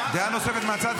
בזים --- דעה נוספת מהצד,